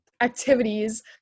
activities